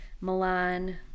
Milan